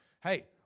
Hey